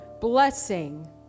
blessing